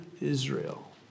Israel